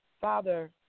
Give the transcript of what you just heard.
Father